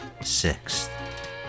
Sixth